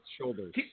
shoulders